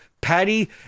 patty